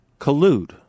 collude